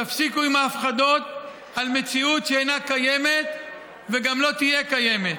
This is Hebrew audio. תפסיקו עם ההפחדות על מציאות שאינה קיימת וגם לא תהיה קיימת.